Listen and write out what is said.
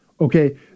okay